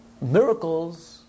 miracles